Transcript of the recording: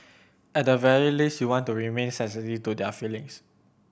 at the very least you want to remain sensitive to their feelings